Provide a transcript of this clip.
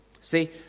See